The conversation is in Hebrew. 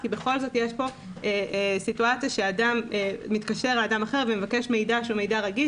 כי בכל זאת יש פה סיטואציה שאדם מתקשר לאדם אחר ומבקש מידע רגיש.